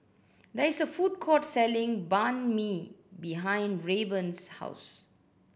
there is a food court selling Banh Mi behind Rayburn's house